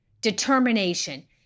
determination